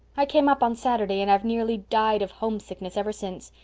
i came up on saturday and i've nearly died of homesickness ever since.